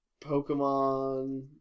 Pokemon